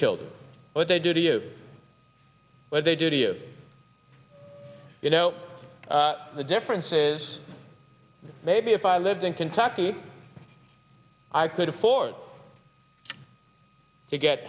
children what they do to you what they do to you you know the difference is maybe if i lived in kentucky i could afford to get